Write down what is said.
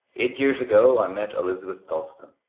eight years ago i met elizabeth dalstan.